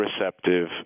receptive